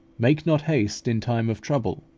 make not haste in time of trouble.